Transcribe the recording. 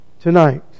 Tonight